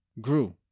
grew